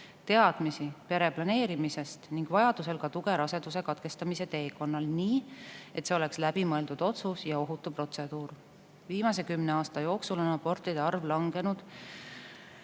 teadmisi pereplaneerimisest ning vajadusel ka tuge raseduse katkestamise teekonnal, nii et see oleks läbimõeldud otsus ja ohutu protseduur. Viimase kümne aasta jooksul on abortide arv langenud